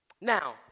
Now